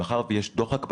ומאחר שיש דוחק בתחנות,